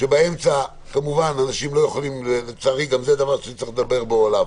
כשבאמצע כמובן אנשים לא יכולים לצערי גם זה דבר שנצטרך לדבר עליו